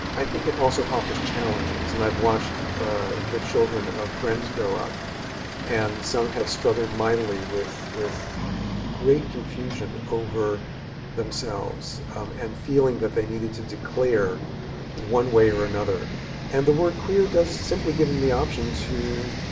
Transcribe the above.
i think it also offers challenges, and i've watched the children of friends grow up and some have struggled mightily with with great confusion over themselves um and feeling that they needed to declare one way or another and the word! queer! does simply give them the option to